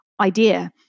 idea